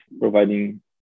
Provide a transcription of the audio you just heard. providing